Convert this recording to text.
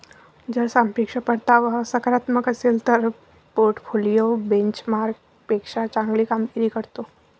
जर सापेक्ष परतावा सकारात्मक असेल तर पोर्टफोलिओ बेंचमार्कपेक्षा चांगली कामगिरी करतो